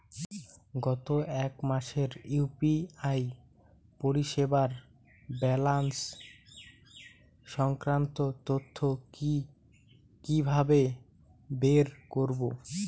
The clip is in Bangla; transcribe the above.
গত এক মাসের ইউ.পি.আই পরিষেবার ব্যালান্স সংক্রান্ত তথ্য কি কিভাবে বের করব?